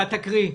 תקרא.